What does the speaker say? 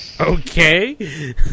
okay